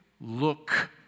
look